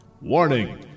Warning